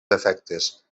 efectes